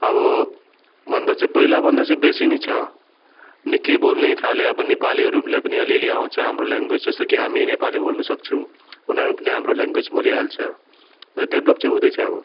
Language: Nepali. अब भन्दा चाहिँ पहिलाभन्दा चाहिँ बेसी नै छ निक्कै बोल्ने थाल्यो अब नेपालीहरूलाई पनि अलिअली आउँछ हाम्रो लेङ्ग्वेज जस्तो कि हामी नेपाली बोल्नु सक्छु उनीहरू पनि हाम्रो लेङ्ग्वेज बोलिहाल्छ उयो डेभलोप चाहिँ हुँदैछ अब